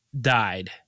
died